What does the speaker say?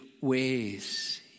ways